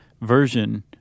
version